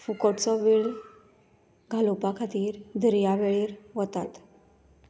फुकटचो वेळ घालोवपा खातीर दर्यावेळेर वतात